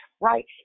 right